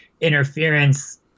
interference